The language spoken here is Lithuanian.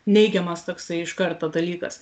neigiamas toksai iš karto dalykas